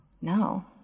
No